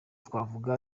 twavuga